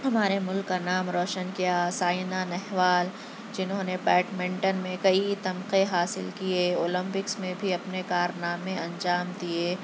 ہمارے مُلک کا نام روشن کیا سائنا نہوال جنہوں نے بیڈ منٹن میں کئی تمغے حاصل کئے اولمپکس میں بھی اپنے کارنامے انجام دیئے